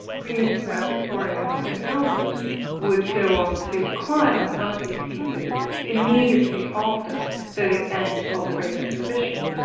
queen victoria and prince albert would go on to acquire one of these pieces immediately after the end of the great exhibition.